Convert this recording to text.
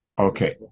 Okay